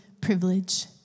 privilege